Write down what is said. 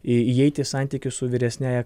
įeiti į santykius su vyresniąja